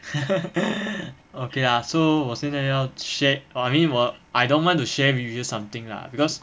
ppl okay lah so 我现在要 share I mean 我 I don't want to share with you something lah because